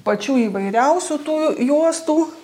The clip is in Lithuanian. pačių įvairiausių tų juostų